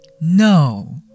No